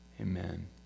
Amen